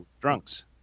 drunks